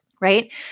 right